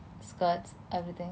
skirts everything